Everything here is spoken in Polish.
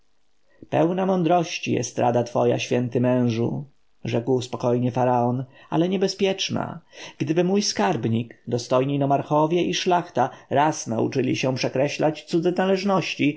pełna mądrości jest rada twoja święty mężu rzekł spokojnie faraon ale niebezpieczna gdyby mój skarbnik dostojni nomarchowie i szlachta raz nauczyli się przekreślać cudze należności